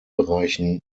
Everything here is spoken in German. bereichen